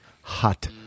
hot